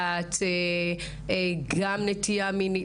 נטייה מינית